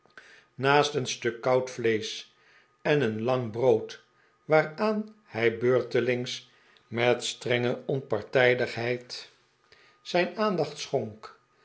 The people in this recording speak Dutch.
naast een stuk koud vleesch en een lang brood waaraan hij beurtelings met strenge onpartijdigheid zijn aandacht schonk